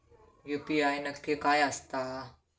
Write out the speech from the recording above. UPI नक्की काय आसता?